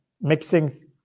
mixing